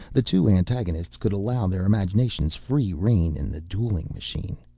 the two antagonists could allow their imaginations free rein in the dueling machine.